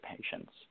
patient's